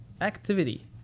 activity